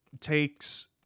takes